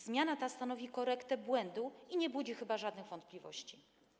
Zmiana ta stanowi korektę błędu i nie budzi chyba żadnych wątpliwości.